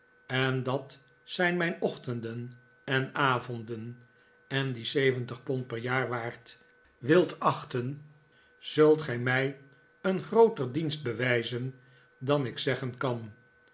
en dat zijn mijn ochtenden en avonden en die zeventig pond per jaar waard wilt achten zult gij mij een grooter dienst bewijzen dan ik zeggen kan